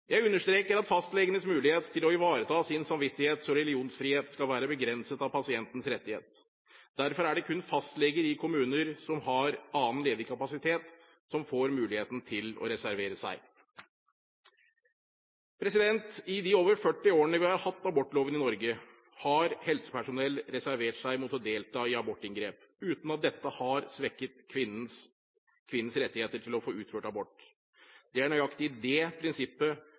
Jeg understreker at fastlegenes mulighet til å ivareta sin samvittighets- og religionsfrihet skal være begrenset av pasientens rettighet. Derfor er det kun fastleger i kommuner som har annen ledig kapasitet, som får muligheten til å reservere seg. I de over 40 årene vi har hatt abortloven i Norge, har helsepersonell reservert seg mot å delta i abortinngrep, uten at dette har svekket kvinnens rettigheter til å få utført abort. Det er nøyaktig det prinsippet